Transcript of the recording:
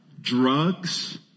drugs